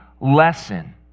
lesson